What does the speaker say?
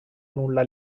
nulla